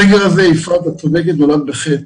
הסגר הזה, יפעת, את צודקת, נולד בחטא.